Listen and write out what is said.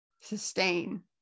sustain